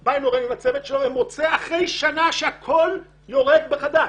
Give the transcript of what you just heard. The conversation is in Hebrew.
נכנסת ביינהורן עם הצוות שלו אחרי שנה שהכול יורד מחדש,